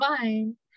fine